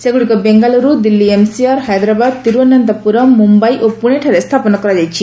ସେଗୁଡ଼ିକ ବେଙ୍ଗାଲୁରୁ ଦିଲ୍ଲୀ ଏମ୍ସିଆର୍ ହାଇଦ୍ରାବାଦ ତିରୁଅନନ୍ତପୁରମ୍ ମୁମ୍ବାଇ ଓ ପୁଣେଠାରେ ସ୍ଥାପନ କରାଯାଇଛି